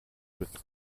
mit